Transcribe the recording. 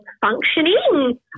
functioning